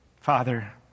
Father